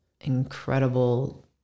incredible